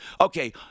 Okay